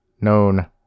known